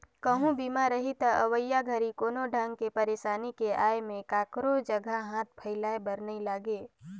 कहूँ बीमा रही त अवइया घरी मे कोनो ढंग ले परसानी के आये में काखरो जघा हाथ फइलाये बर नइ लागे